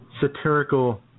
satirical